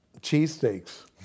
Cheesesteaks